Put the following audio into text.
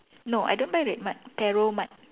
no I don't buy Red Mart perromart